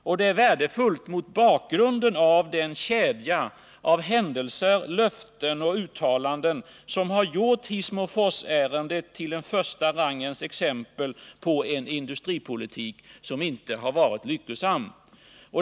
Och det vore värdefullt mot bakgrunden av den kedja av händelser, löften och uttalanden som har gjort Hissmoforsärendet till ett första rangens exempel på en industripolitik som inte varit lyckosam.